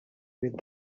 with